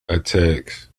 attacks